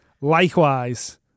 Likewise